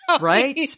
Right